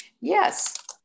Yes